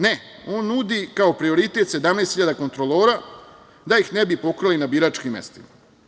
Ne, on nudi, kao prioritet, 17 hiljada kontrolora da ih ne bi pokrali na biračkim mestima.